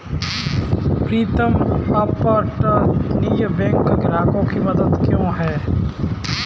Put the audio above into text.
प्रीतम अपतटीय बैंक ग्राहकों की पसंद क्यों है?